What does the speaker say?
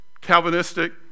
Calvinistic